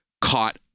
caught